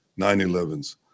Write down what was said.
9-11s